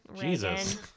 Jesus